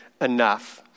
enough